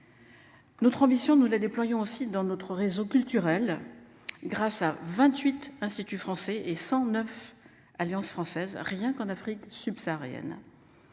Notre ambition, nous la déployons aussi dans notre réseau culturel grâce à 28 institut français et 109 Alliances françaises. Rien qu'en Afrique subsaharienne.